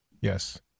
Yes